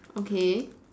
okay